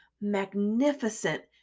magnificent